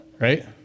Right